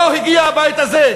לא הגיע הבית הזה,